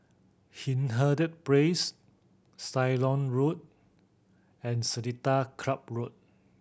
Hindhede Place Ceylon Road and Seletar Club Road